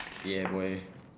yeah boy